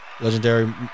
Legendary